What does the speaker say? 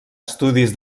estudis